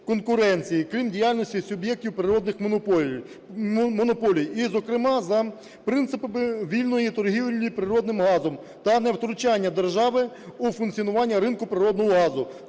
конкуренції, окрім діяльності суб'єктів природних монополій, і зокрема за принципами вільної торгівлі природним газом та невтручання держави у функціонування ринку природного газу,